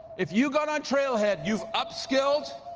if you got on trailhead, you've upscaled.